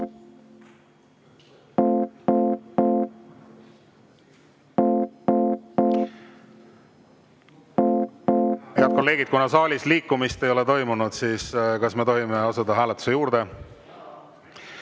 Head kolleegid! Kuna saalis liikumist ei ole toimunud, siis: kas me võime asuda hääletuse juurde?